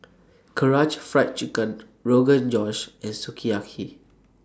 Karaage Fried Chicken Rogan Josh and Sukiyaki